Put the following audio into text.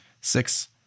six